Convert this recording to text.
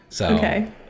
Okay